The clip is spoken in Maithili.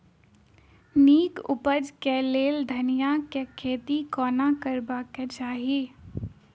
नीक उपज केँ लेल धनिया केँ खेती कोना करबाक चाहि?